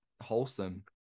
wholesome